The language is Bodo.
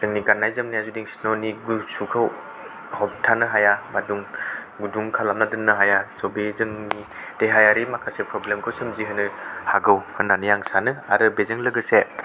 जोंनि गाननाय जोमनाया जुदि स्न'नि गुसुखौ हमथानो हाया एबा गुदुं खालामना दोननो हाया स' बे जोंनि देहायारि माखासे प्रब्लेमखौ सोमजिहोनो हागौ होननानै आं सानो आरो बेजों लोगोसे